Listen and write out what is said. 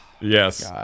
Yes